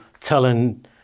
telling